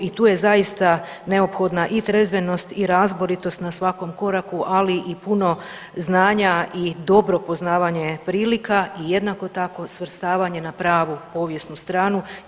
I tu je zaista neophodna i trezvenost i razboritost na svakom koraku, ali i puno znanja i dobro poznavanje prilika i jednako tako svrstavanje na pravu povijesnu stranu.